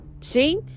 See